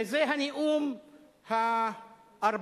זה הנאום ה-14